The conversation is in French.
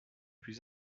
plus